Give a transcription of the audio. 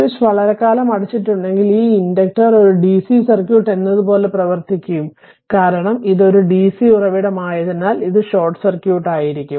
switch വളരെക്കാലം അടച്ചിട്ടുണ്ടെങ്കിൽ ഈ ഇൻഡക്റ്റർ ഒരു DC സർക്യൂട്ട് എന്നത് പോലെ പ്രവർത്തിക്കും കാരണം ഇത് ഒരു DC ഉറവിടമായതിനാൽ അത് ഷോർട്ട് സർക്യൂട്ട് ആയിരിക്കും